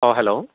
अह hello